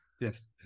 Yes